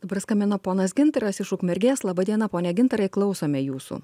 dabar skambina ponas gintaras iš ukmergės laba diena ponia gintarai klausome jūsų